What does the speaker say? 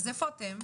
אז איפה אתם?